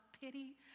pity